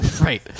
Right